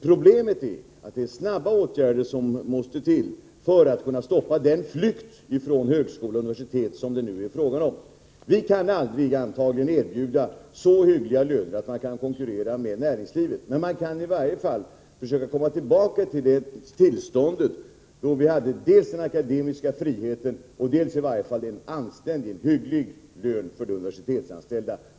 Problemet är att det är snabba åtgärder som måste till för att man skall kunna stoppa den flykt från högskolor och universitet som det nu är fråga om. Vi kan antagligen aldrig erbjuda så hyggliga löner att man kan konkurrera med näringslivet. Men man kan i varje fall försöka komma tillbaka till det Nr 160 tillstånd som rådde då vi hade dels den akademiska friheten, dels i varje fall Tisdagen den en anständig, hygglig lön för de universitetsanställda.